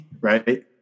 right